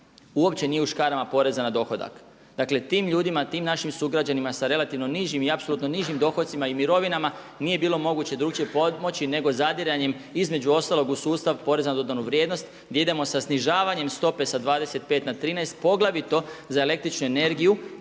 uopće nije u škarama poreza na dohodak. Dakle tim ljudima, tim našim sugrađanima sa relativno nižim i apsolutno nižim dohodcima i mirovinama nije bilo moguće drukčije pomoći nego zadiranjem između ostalog u sustav poreza na dodanu vrijednost gdje idemo sa snižavanjem stope sa 25 na 13 poglavito za električnu energiju